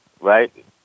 right